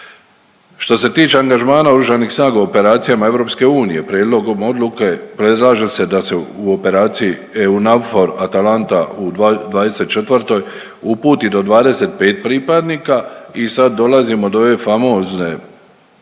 Što se tiče angažmana Oružanih snaga u operacijama EU prijedlogom odluke predlaže se da se u operaciji „EUNAVFOR-ATALANTA“ u '24. uputi do 25 pripadnika i sad dolazimo do ove famozne,